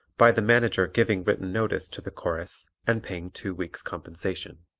by the manager giving written notice to the chorus and paying two weeks' compensation.